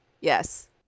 Yes